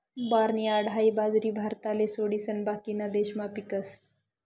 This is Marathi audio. बार्नयार्ड हाई बाजरी भारतले सोडिसन बाकीना देशमा पीकस